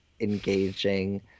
engaging